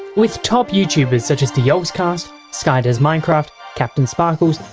with top youtubers such as the yogscast, skydoesminecraft, captainsparkles,